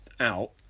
out